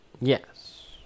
Yes